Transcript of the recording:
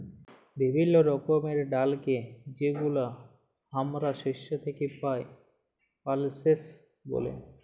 বিভিল্য রকমের ডালকে যেগুলা হামরা শস্য থেক্যে পাই, পালসেস ব্যলে